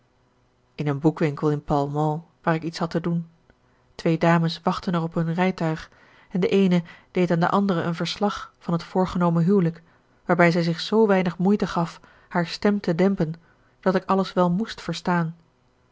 in een boekwinkel in pall mall waar ik iets had te doen twee dames wachtten er op hun rijtuig en de eene deed aan de andere een verslag van het voorgenomen huwelijk waarbij zij zich zoo weinig moeite gaf haar stem te dempen dat ik alles wel moest verstaan